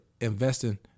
investing